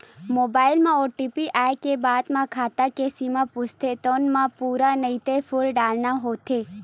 mobile म OTP आए के बाद म खाता के सीमा पूछथे तउन म पूरा नइते फूल डारना होथे